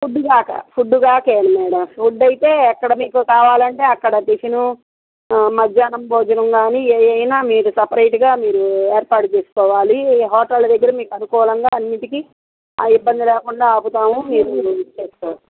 ఫుడ్డుగాక ఫుడ్డుగాకే madam food అయితే ఎక్కడ మీకు కావాలి అంటే అక్కడ టిఫిను మధ్యాహ్నం భోజనం కానీ ఏవైనా మీకు సపరేట్గా మీరు ఏర్పాటు చేసుకోవాలి హోటల్ల దగ్గర మీకు అనుకూలంగా అన్నిటికీ ఆ ఇబ్బంది లేకుండా ఆపుతాము మీరు యూస్ చేసుకో